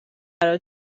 برات